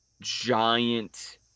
giant